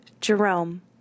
Jerome